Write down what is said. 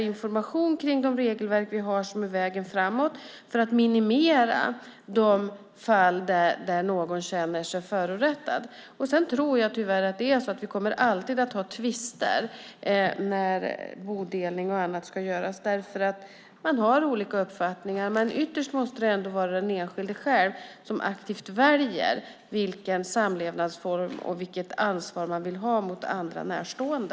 Information om de regelverk vi har är vägen framåt för att minimera de fall där någon känner sig förorättad. Jag tror tyvärr att vi alltid kommer att ha tvister när bodelning och annat ska göras, för att man har olika uppfattningar. Ytterst måste det ändå vara den enskilde själv som aktivt väljer samlevnadsform och vilket ansvar man vill ha mot andra närstående.